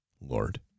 Lord